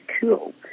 cool